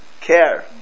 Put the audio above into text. care